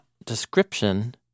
description